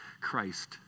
Christ